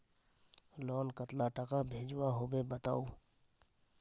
Loan कतला टाका भेजुआ होबे बताउ?